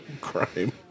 crime